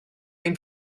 ein